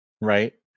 right